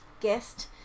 guest